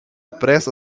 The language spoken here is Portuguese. pressa